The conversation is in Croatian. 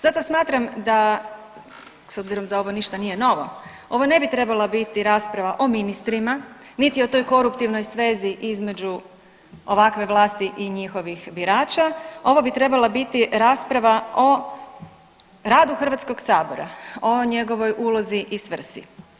Zato smatram da s obzirom da ovo nije ništa novo, ovo ne bi trebala biti rasprava o ministrima, niti o toj koruptivnoj svezi između ovakve vlasti i njihovih birača, ovo bi trebala biti rasprava o radu Hrvatskog sabora, o njegovoj ulozi i svrsi.